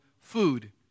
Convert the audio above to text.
food